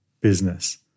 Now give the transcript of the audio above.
business